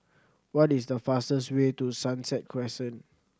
what is the fastest way to Sunset Crescent